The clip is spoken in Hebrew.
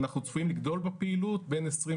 אנחנו צפויים לגדול בפעילות בין 21',